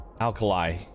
Alkali